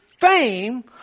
fame